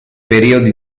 periodi